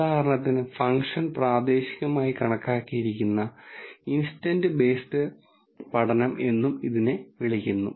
ഉദാഹരണത്തിന് ഫംഗ്ഷൻ പ്രാദേശികമായി കണക്കാക്കിയിരിക്കുന്ന ഇൻസ്റ്റന്റ് ബേസ്ഡ് പഠനം എന്നും ഇതിനെ വിളിക്കുന്നു